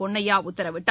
பொன்னையா உத்தரவிட்டார்